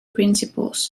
principles